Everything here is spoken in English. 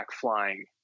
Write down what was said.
flying